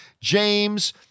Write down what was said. James